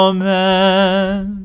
Amen